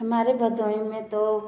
हमारे भदोही में तो